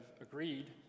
agreed